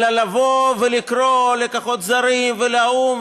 אלא לבוא ולקרוא לכוחות זרים ולאו"ם,